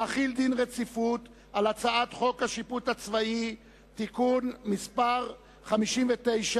להחיל דין רציפות על הצעת חוק השיפוט הצבאי (תיקון מס' 59)